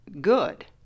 good